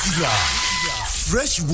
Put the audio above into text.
Fresh